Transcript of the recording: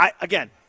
Again